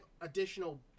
additional